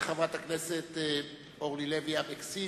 חברת הכנסת אורלי לוי אבקסיס,